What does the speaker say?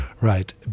right